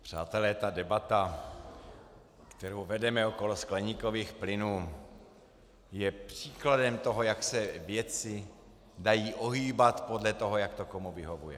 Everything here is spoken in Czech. Přátelé, ta debata, kterou vedeme okolo skleníkových plynů je příkladem toho, jak se věci dají ohýbat podle toho, jak to komu vyhovuje.